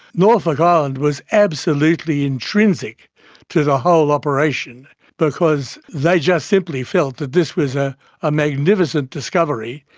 norfolk island was absolutely intrinsic to the whole operation because they just simply felt that this was a ah magnificent discovery,